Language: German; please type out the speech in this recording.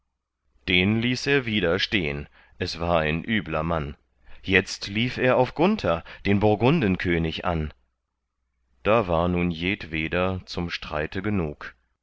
den ließ er wieder stehen es war ein übler mann jetzt lief er auf gunther den burgundenkönig an da war nun jedweder zum streite stark genug